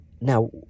Now